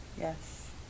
Yes